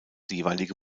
jeweilige